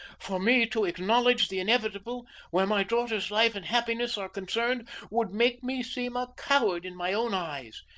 for me to acknowledge the inevitable where my daughter's life and happiness are concerned would make me seem a coward in my own eyes.